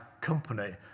company